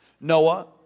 Noah